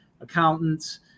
accountants